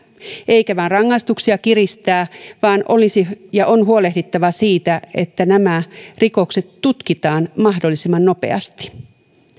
eikä vain rangaistuksia kiristää vaan olisi ja on huolehdittava siitä että nämä rikokset tutkitaan mahdollisimman nopeasti niin